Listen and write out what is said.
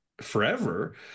forever